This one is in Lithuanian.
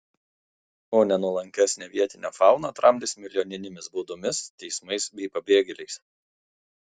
o nenuolankesnę vietinę fauną tramdys milijoninėmis baudomis teismais bei pabėgėliais